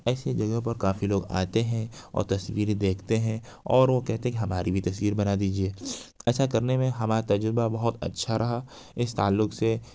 ایسی جگہ پر کافی لوگ آتے ہیں اور تصویریں دیکھتے ہیں اور وہ کہتے ہیں کہ ہماری بھی تصویر بنا دیجیے ایسا کرنے میں ہمارا تجربہ بہت اچھا رہا اس تعلق سے